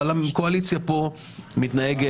אבל הקואליציה פה מתנהגת,